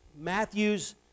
Matthew's